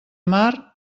mar